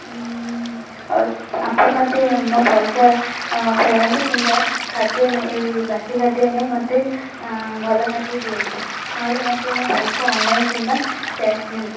ଆପଣ ମୋତେ ମୋ ପଇସା ଫେରାନ୍ତୁ କିମ୍ବା ଖାଦ୍ୟ ନେଇ ବାସି ଖାଦ୍ୟ ନେଇ ମୋତେ ଭଲ ଖାଦ୍ୟ ଦିଅନ୍ତୁ ନହେଲେ ମୋତେ ମୋ ପଇସା ଅନ୍ଲାଇନ୍ କିମ୍ବା କ୍ୟାସ୍ ଦିଅନ୍ତୁ